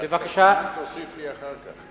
אז תוסיף לי אחר כך.